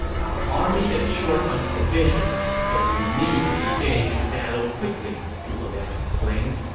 our army is short on provisions, so we need to engage in battle quickly, zhuge liang explained.